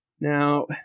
Now